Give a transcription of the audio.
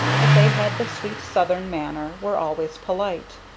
but they had the sweet southern manner, were always polite.